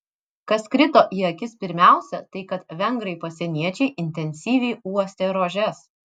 kas krito į akis pirmiausia tai kad vengrai pasieniečiai intensyviai uostė rožes